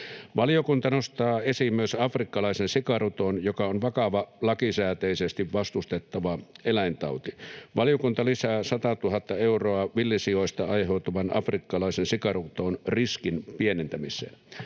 Valiokunta nostaa esiin myös afrikkalaisen sikaruton, joka on vakava, lakisääteisesti vastustettava eläintauti. Valiokunta lisää 100 000 euroa villisioista aiheutuvan afrikkalaisen sikaruton riskin pienentämiseen.